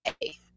hey